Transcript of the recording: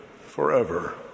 forever